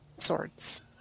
swords